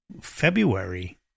February